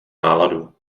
náladu